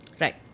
right